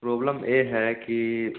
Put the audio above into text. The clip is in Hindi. प्रॉब्लम यह है कि